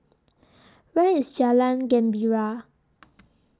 Where IS Jalan Gembira